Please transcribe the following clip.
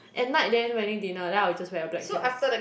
at night then wedding dinner then I will just wear a black dress